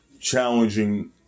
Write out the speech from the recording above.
challenging